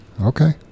Okay